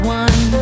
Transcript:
one